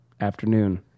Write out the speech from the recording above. afternoon